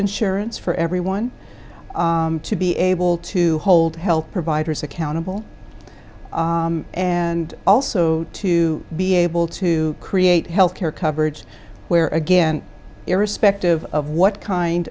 insurance for everyone to be able to hold health providers accountable and also to be able to create health care coverage where again irrespective of what kind